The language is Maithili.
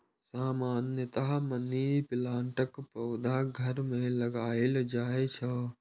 सामान्यतया मनी प्लांटक पौधा घर मे लगाएल जाइ छै